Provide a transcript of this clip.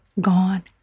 gone